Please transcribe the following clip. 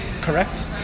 Correct